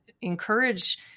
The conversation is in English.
encourage